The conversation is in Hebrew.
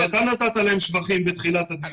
אתה נתת להם שבחים בתחילת הדיון.